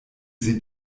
sie